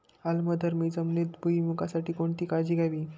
आम्लधर्मी जमिनीत भुईमूगासाठी कोणती काळजी घ्यावी?